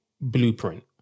blueprint